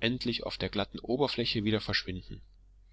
endlich auf der glatten oberfläche wieder verschwinden